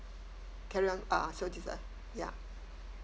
carry on uh so this is uh ya